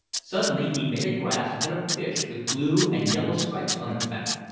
suddenly he made a grasp at a fish with blue and yellow stripes on its back,